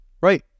Right